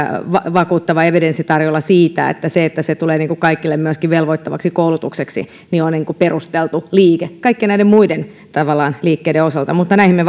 vakuuttava evidenssi tarjolla siitä että se että se tulee kaikille myöskin velvoittavaksi koulutukseksi on perusteltu liike kaikkien näiden muiden liikkeiden ohella näihin me